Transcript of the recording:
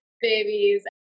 babies